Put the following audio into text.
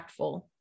impactful